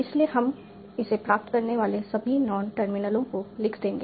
इसलिए हम इसे प्राप्त करने वाले सभी नॉन टर्मिनलों को लिख देंगे